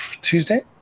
Tuesday